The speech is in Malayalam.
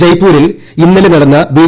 ജയ്പൂരിൽ ഇന്നലെ നടന്ന ബി